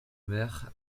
mer